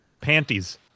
panties